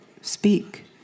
speak